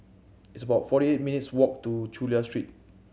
it's about forty eight minutes' walk to Chulia Street